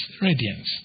radiance